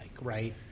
right